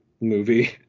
movie